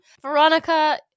Veronica